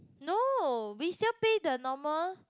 no we still pay the normal